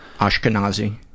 Ashkenazi